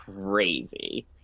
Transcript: crazy